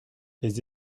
les